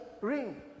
ring